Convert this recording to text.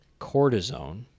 cortisone